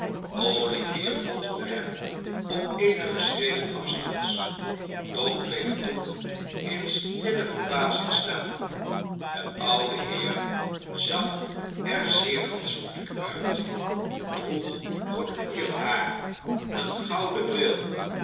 olivier volgde hen op eenige schreden afstands doch bleef toen in stille verbazing staan de oude heer zag er zeer fatsoenlijk uit droeg gepoeierd haar een gouden bril